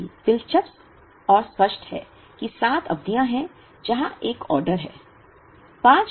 यह भी दिलचस्प और स्पष्ट है कि 7 अवधियां हैं जहां एक ऑर्डर है